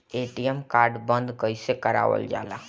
ATM card बन्द कईसे करावल जाला?